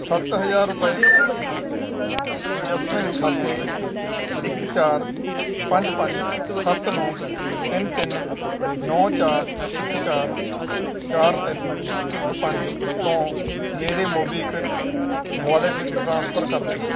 ਸੱਤ ਹਜ਼ਾਰ ਰੁਪਏ ਮੇਰੇ ਯੈੱਸ ਬੈਂਕ ਖਾਤੇ ਇੱਕ ਚਾਰ ਪੰਜ ਪੰਜ ਸੱਤ ਨੌਂ ਤਿੰਨ ਤਿੰਨ ਨੋ ਚਾਰ ਇੱਕ ਚਾਰ ਚਾਰ ਤਿੰਨ ਇੱਕ ਪੰਜ ਤੋਂ ਮੇਰੇ ਮੋਬੀਕਵਿਕ ਵਾਲਿਟ ਵਿੱਚ ਟ੍ਰਾਂਸਫਰ ਕਰ ਦੇਵੋ